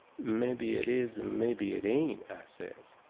mebby it is and mebby it ain't, i says.